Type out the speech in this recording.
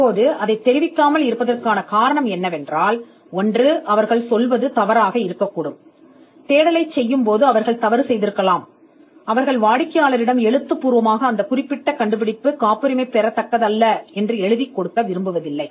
இப்போது அவர்கள் அதைத் தொடர்பு கொள்ளாததற்கான காரணம் என்னவென்றால் தேடலைச் செய்யும் போது அவர்கள் தவறாக இருந்திருக்கலாம் அவர்கள் தவறாக இருந்திருக்கலாம் மேலும் இந்த குறிப்பிட்ட கண்டுபிடிப்புக்கு காப்புரிமை பெற முடியாது என்று சொல்வதற்கு வாடிக்கையாளருக்கு எழுத்துப்பூர்வமாக ஏதாவது கொடுக்க அவர்கள் விரும்பவில்லை